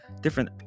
different